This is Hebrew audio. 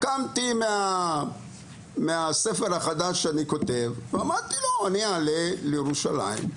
קמתי מהספר החדש שאני כותב ואמרתי: אני אעלה לירושלים,